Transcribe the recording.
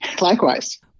Likewise